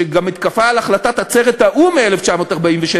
שהיא גם מתקפה על החלטת עצרת האו"ם מ-1947,